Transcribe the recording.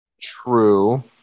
True